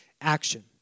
action